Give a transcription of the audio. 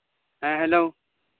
ᱦᱮᱸ ᱦᱮᱞᱳᱼᱳ